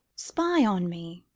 spy on me.